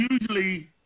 usually